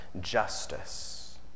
justice